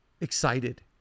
excited